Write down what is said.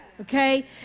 okay